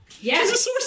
Yes